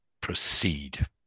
proceed